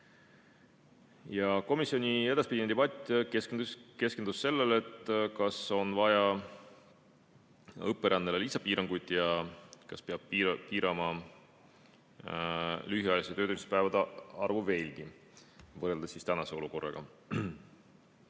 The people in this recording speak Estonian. Komisjoni edasine debatt keskendus sellele, kas on vaja õpirändele lisapiiranguid ja kas peab piirama lühiajalise töötamise päevade arvu veelgi võrreldes tänase olukorraga.